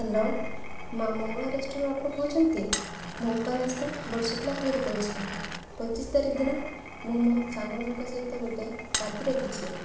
hello Maa Mangala ରେଷ୍ଟୁରାଣ୍ଟ୍ରୁ ଆପଣ କହୁଛନ୍ତି ମୁଁ ଉପାଲାସ୍ତା ବଡ଼ସୁଖଲା ଖାଇରୁ କହୁଛି ପଚିଶ ତାରିଖ ଦିନ ମୁଁ ମୋ ସାଙ୍ଗମାନଙ୍କ ସହିତ ଗୋଟେ ପାର୍ଟି ରଖିଛି